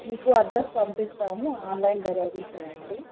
మీకు అడ్రస్ పంపిస్తాము online delivery చేయండి